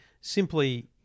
simply